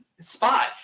spot